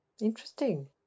Interesting